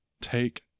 Take